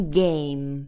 game